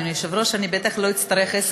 אנחנו עוברים לסעיף הבא שעל